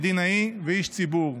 מדינאי ואיש ציבור.